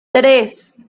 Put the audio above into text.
tres